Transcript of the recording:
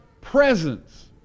presence